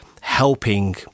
helping